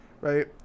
right